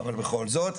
אבל בכל זאת.